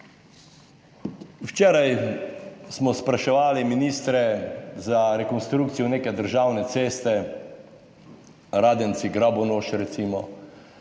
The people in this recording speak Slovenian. včeraj smo spraševali ministre za rekonstrukcijo neke državne ceste Radenci-Grabonoš, recimo,